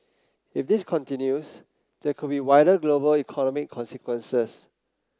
if this continues there could be wider global economic consequences